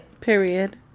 Period